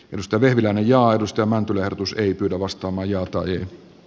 minusta vehviläinen ja ajatusten mäntylä ehdotus ei pidä vasta majoittuay